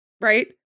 right